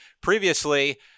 previously